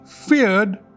feared